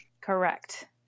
Correct